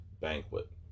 banquet